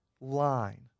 line